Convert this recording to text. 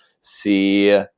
see